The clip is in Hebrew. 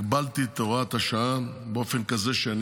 הגבלתי את הוראת השעה באופן כזה שאני